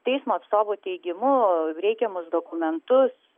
teismo atstovo teigimu reikiamus dokumentus